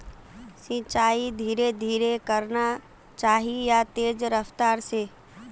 सिंचाई धीरे धीरे करना चही या तेज रफ्तार से?